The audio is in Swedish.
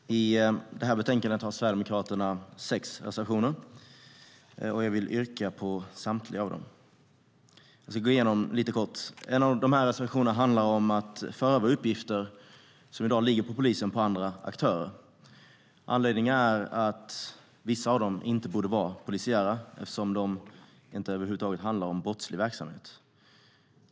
Herr talman! I det här betänkandet har Sverigedemokraterna sex reservationer. Jag vill yrka bifall till samtliga av dem. Jag ska gå igenom dem lite kort. En av de här reservationerna handlar om att föra över uppgifter som i dag ligger på polisen till andra aktörer. Anledningen är att vissa av dem inte borde vara polisiära eftersom de inte över huvud taget handlar om brottslig verksamhet.